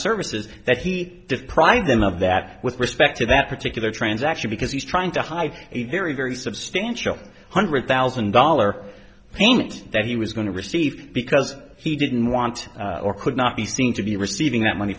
services that he deprived them of that with respect to that particular transaction because he's trying to hide a very very substantial hundred thousand dollar payment that he was going to receive because he didn't want or could not be seen to be receiving that money